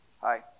Hi